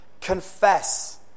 confess